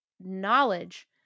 knowledge